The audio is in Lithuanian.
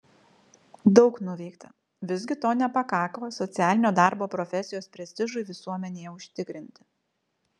daug nuveikta visgi to nepakako socialinio darbo profesijos prestižui visuomenėje užtikrinti